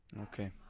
Okay